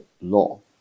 law